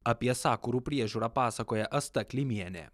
apie sakurų priežiūrą pasakoja asta klimienė